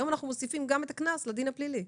היום אנחנו מוסיפים גם את הקנס לדין הפלילי.